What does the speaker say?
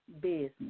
business